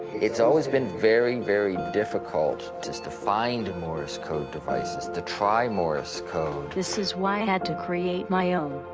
it's always been very, very difficult just to find morse code devices, to try morse code. this is why i had to create my own.